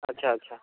ଆଚ୍ଛା ଆଚ୍ଛା